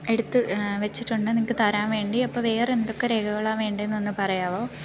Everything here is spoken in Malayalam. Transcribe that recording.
എടുത്ത് വെച്ചിട്ടുണ്ട് നിങ്ങൾക്ക് തരാൻവേണ്ടി അപ്പോൾ വേറെ എന്തൊക്കെ രേഖകളാണ് വേണ്ടേന്നൊന്ന് പറയാവോ